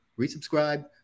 resubscribe